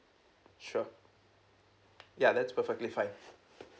sure ya that's perfectly fine